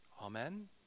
Amen